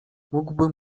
mógłbym